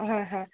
হয় হয়